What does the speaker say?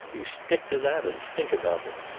you stick to that, and think about it.